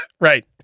Right